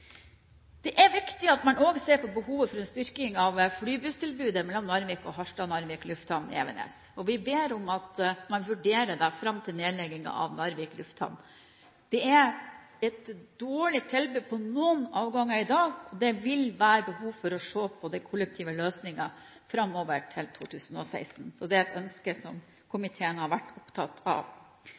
Det er viktig at man også ser på behovet for en styrking av flybusstilbudet mellom Narvik og Harstad/Narvik lufthavn, Evenes. Vi ber om at man vurderer dette fram til nedleggingen av Narvik lufthavn. Det er et dårlig tilbud på noen avganger i dag, og det vil være behov for å se på de kollektive løsningene framover til 2016. Det er et ønske som komiteen har vært opptatt av.